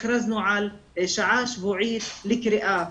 הכרזנו גם על שעה שבועית לקריאה,